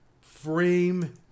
frame